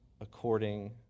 according